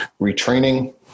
retraining